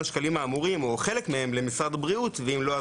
השקלים האמורים או חלק מהם למשרד הבריאות ואם לא,